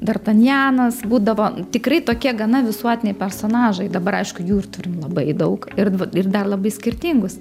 dartanjanas būdavo tikrai tokie gana visuotiniai personažai dabar aišku jų ir turim labai daug ir ir dar labai skirtingus